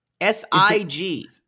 S-I-G